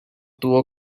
tuvo